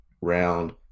round